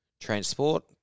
transport